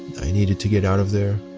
i needed to get out of there.